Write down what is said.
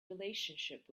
relationship